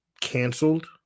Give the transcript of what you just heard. canceled